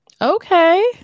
Okay